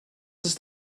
ist